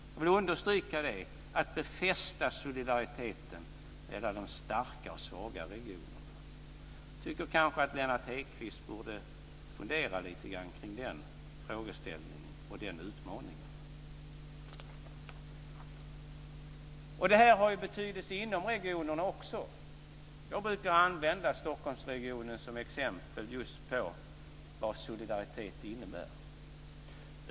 Jag vill understryka: att befästa solidariteten mellan de starka och de svaga regionerna. Jag tycker kanske att Lennart Hedquist borde fundera lite grann kring den frågeställningen och den utmaningen. Det här har betydelse också inom regionerna. Jag brukar använda Stockholmsregionen som exempel just på vad solidaritet innebär.